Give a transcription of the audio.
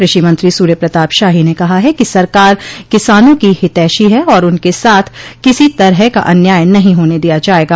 कृषि मंत्री सूर्य प्रताप शाही ने कहा है कि सरकार किसानों की हितैषी है और उनके साथ किसी तरह का अन्याय नहीं होने दिया जायेगा